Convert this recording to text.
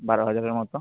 বারো হাজারের মতো